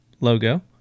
logo